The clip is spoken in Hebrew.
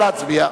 נא להצביע.